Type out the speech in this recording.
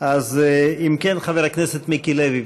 כך שישמרו על עצמם.